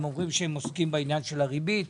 הם אומרים שהם עוסקים בעניין הריבית.